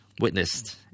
witnessed